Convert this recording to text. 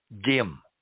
dim